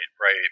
right